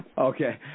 Okay